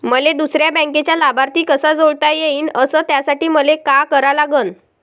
मले दुसऱ्या बँकेचा लाभार्थी कसा जोडता येईन, अस त्यासाठी मले का करा लागन?